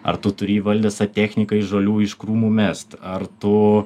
ar tu turi įvaldęs tą techniką iš žolių iš krūmų mest ar tu